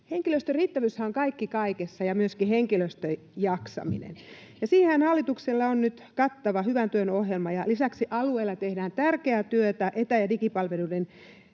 Henkilöstön riittävyyshän on kaikki kaikessa ja myöskin henkilöstön jaksaminen, ja siihenhän hallituksella on nyt kattava Hyvän työn ohjelma, [Vastauspuheenvuoropyyntöjä] ja lisäksi alueilla tehdään tärkeää työtä etä- ja digipalveluiden